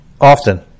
Often